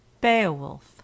beowulf